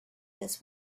this